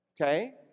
Okay